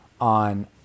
on